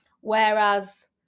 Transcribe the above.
Whereas